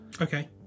Okay